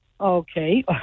okay